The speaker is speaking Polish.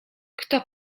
kto